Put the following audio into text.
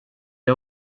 har